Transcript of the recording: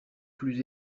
plus